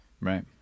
right